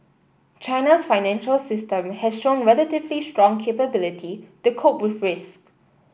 China's financial system has shown relatively strong capability to cope with risk